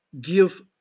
give